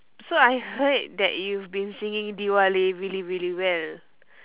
so I heard that you've singing dilwale really really well